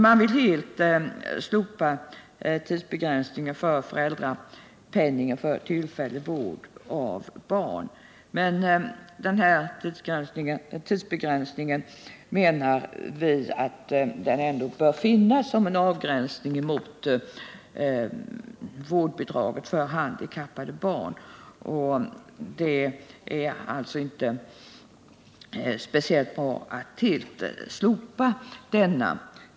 Man vill helt slopa tidsbegränsningen för föräldrapenningen för tillfällig vård av barn. Men vi anser att den tidsbegränsningen ändå bör finnas för att det skall bli en avgränsning mot bidraget för vård av handikappat barn. Det är alltså inte speciellt bra att helt slopa tidsbegränsningen.